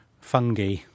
fungi